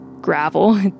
gravel